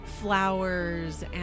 flowers